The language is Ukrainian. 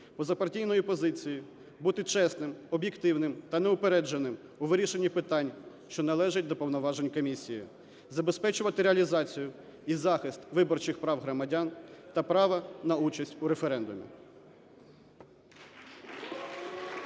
позапартійної позиції, бути чесним, об'єктивним та неупередженим у вирішенні питань, що належать до повноважень комісії, забезпечувати реалізацію і захист виборчих прав громадян України та права на участь у референдумі.